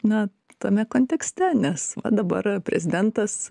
na tame kontekste nes va dabar prezidentas